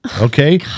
okay